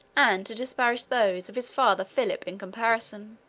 and to disparage those of his father philip in comparison.